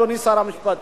אדוני שר המשפטים,